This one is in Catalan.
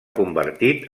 convertit